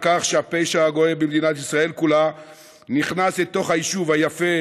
כך שהפשע הגואה במדינת ישראל כולה נכנס לתוך היישוב היפה,